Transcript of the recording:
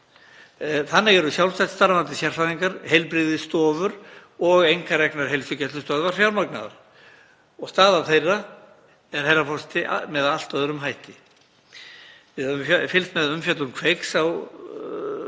Þannig eru sjálfstætt starfandi sérfræðingar, heilbrigðisstofur og einkareknar heilsugæslustöðvar fjármagnaðar. Staða þeirra er, herra forseti, með allt öðrum hætti. Við höfum fylgst með umfjöllun Kveiks